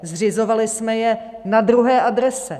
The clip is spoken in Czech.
Zřizovali jsme je na druhé adrese.